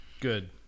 good